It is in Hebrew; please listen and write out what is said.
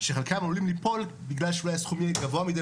שחלקם עלולים ליפול בגלל שאולי הסכום היה גבוה מדי,